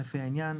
לפי העניין: